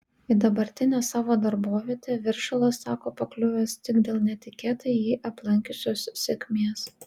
į dabartinę savo darbovietę viršilas sako pakliuvęs tik dėl netikėtai jį aplankiusios sėkmės